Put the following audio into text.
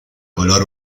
color